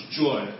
joy